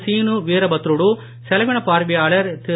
சீனு வீரபத்ருடு செலவினப் பார்வையாளர் திரு